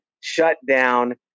shutdown